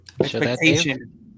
expectation